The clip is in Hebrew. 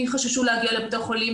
כי חששו להגיע לבתי חולים.